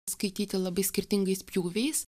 skaityti labai skirtingais pjūviais